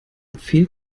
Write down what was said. fehlt